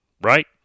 right